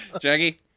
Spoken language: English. Jackie